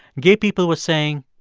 gay people were saying,